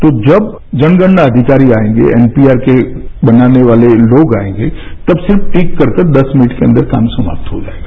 तो जब जनगणना अधिकारी आएंगे एनपीआर के बनाने वाले लोग आएंगे तब सिर्फ टिक करके दस मिनट के अंदर काम समाप्त होगा